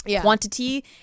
quantity